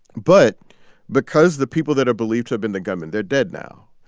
but because the people that are believed to have been the gunmen they're dead now.